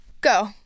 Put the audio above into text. go